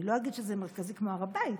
אני לא אגיד שזה מרכזי כמו הר הבית,